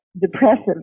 depressive